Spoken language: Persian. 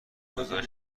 گزارش